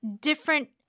different –